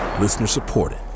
Listener-supported